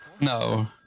No